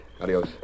Adios